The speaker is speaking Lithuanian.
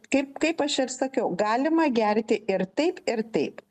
kaip kaip aš ir sakiau galima gerti ir taip ir taip